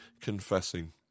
confessing